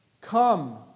come